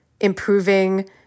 improving